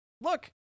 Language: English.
Look